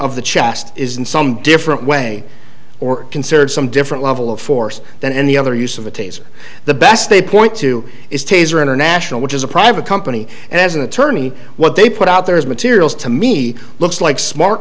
of the chest is in some different way or considered some different level of force than any other use of a taser the best they point to is taser international which is a private company and as an attorney what they put out there is materials to me looks like smart